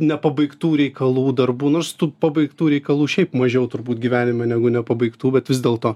nepabaigtų reikalų darbų nors tų pabaigtų reikalų šiaip mažiau turbūt gyvenime negu nepabaigtų bet vis dėlto